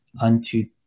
unto